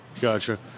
Gotcha